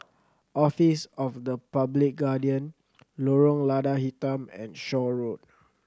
Office of the Public Guardian Lorong Lada Hitam and Shaw Road